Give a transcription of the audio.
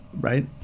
Right